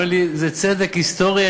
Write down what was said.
אומר לי: זה צדק היסטורי,